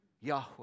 Yahweh